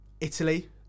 Italy